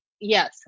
Yes